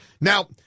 Now